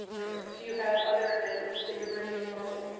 do you have other amendments that you're bringing forward?